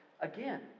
Again